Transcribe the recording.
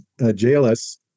JLS